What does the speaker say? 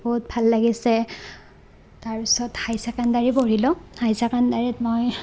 বহুত ভাল লাগিছে তাৰপাছত হাই ছেকাণ্ডেৰী পঢ়িলোঁ হাই ছেকাণ্ডেৰীত মই